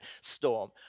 storm